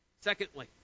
Secondly